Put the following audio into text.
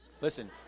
Listen